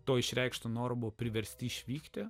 to išreikštą normų priversti išvykti